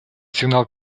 сигнал